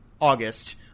August